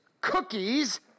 cookies